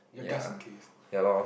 ya ya lor